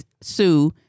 Sue